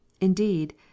indeed